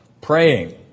Praying